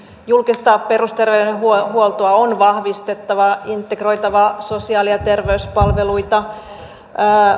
julkista perusterveydenhuoltoa on vahvistettava integroitava sosiaali ja terveyspalveluita